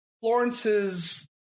Florence's